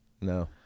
No